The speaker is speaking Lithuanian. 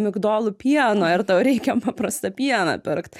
migdolų pieno ir tau reikia paprastą pieną pirkt